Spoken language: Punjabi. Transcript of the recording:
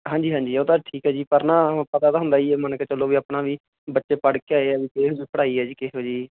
ਹਾਂਜੀ ਹਾਂਜੀ ਉਹ ਤਾਂ ਠੀਕ ਹੈ ਜੀ ਪਰ ਨਾ ਪਤਾ ਤਾਂ ਹੁੰਦਾ ਹੀ ਹੈ ਮੰਨ ਕੇ ਚੱਲੋ ਵੀ ਆਪਣਾ ਵੀ ਬੱਚੇ ਪੜ੍ਹ ਕੇ ਆਏ ਆ ਵੀ ਪੜ੍ਹਾਈ ਆ ਜੀ ਕਿਹੋ ਜਿਹੀ